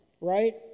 right